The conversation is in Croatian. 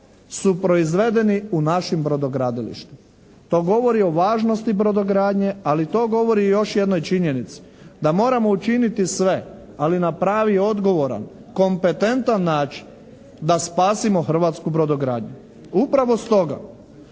su proizvedeni u našim brodogradilištima. To govori o važnosti brodogradnje ali to govori i o još jednoj činjenici. Da moramo učiniti sve, ali na pravi i odgovoran i kompetentan način da spasimo hrvatsku brodogradnju. Upravo stoga